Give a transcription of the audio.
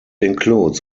includes